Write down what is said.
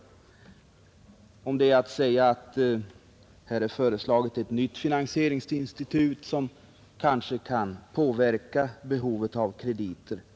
Om det är att säga utöver att uppräkningen inte inryms i budgeten, att ett nytt finansieringsinstitut har föreslagits, som bör påverka behovet av krediter.